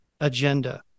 agenda